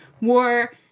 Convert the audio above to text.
war